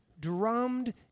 drummed